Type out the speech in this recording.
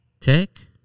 tech